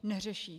Neřeší.